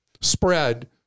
spread